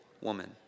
woman